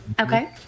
Okay